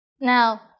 Now